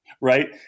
right